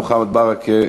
מוחמד ברכה,